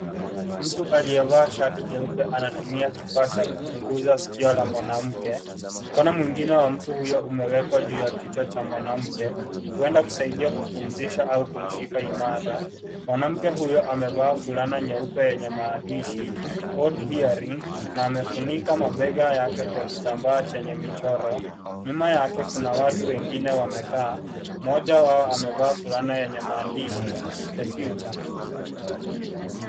Mtu aliyevaa shati jeupe anatumia kifaa cha kuchunguza sikio la mwanamke. Mkono mwingine wa mtu huyo umewekwa juu ya kichwa cha mwanamke, huenda kusaidia kupumzisha au kumshika imara. Mwanamke huyo amevaa fulana nyeupe yenye maandishi odd hearing na amefunika mabega yake kwa kitambaa chenye michoro. Nyuma yake kuna watu wengine wamekaa, mmoja wao amevaa fulana yenye maandishi the future .